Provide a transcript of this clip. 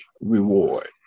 reward